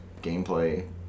gameplay